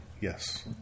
Yes